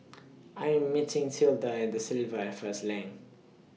I Am meeting Tilda At DA Silva First Lane